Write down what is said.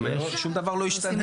גם שום דבר לא השתנה.